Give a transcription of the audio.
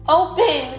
open